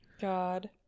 God